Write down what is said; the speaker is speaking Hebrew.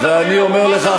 ואני אומר לך,